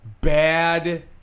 Bad